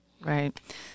Right